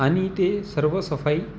आणि ते सर्व सफाई